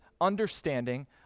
understanding